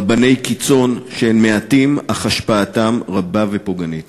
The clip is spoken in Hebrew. רבני קיצון, שהם מעטים, אך השפעתם רבה ופוגענית.